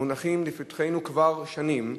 המונחים לפתחינו כבר שנים,